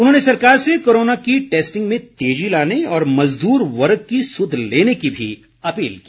उन्होंने सरकार से कोरोना की टैस्टिंग में तेजी लाने और मजदूर वर्ग की सुध लेने की भी अपील की